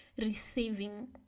receiving